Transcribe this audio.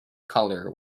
color